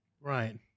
Right